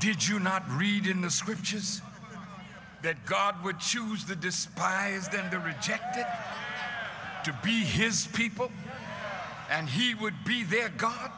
did you not read in the scriptures that god would choose the despised and the rejected to be his people and he would be their god